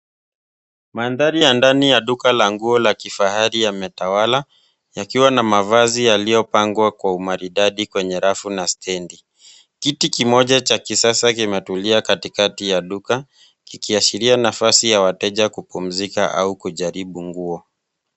Mandhari ya ndani ya duka la nguo la kifahari yametawala, yakiwa na mavazi yaliyopangwa kwa umaridadi kwenye rafu na stendi. Kiti kimoja cha kisasa kimetulia katikati ya duka, kikiashiria nafasi ya wateja kupumzika au kujaribu nguo.